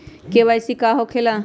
KYC का हो के ला?